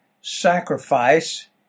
sacrifice